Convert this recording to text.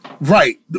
Right